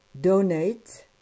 Donate